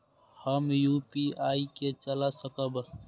हम यू.पी.आई के चला सकब?